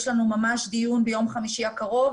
יש לנו דיון ביום חמישי הקרוב,